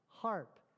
harp